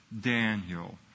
Daniel